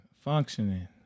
functioning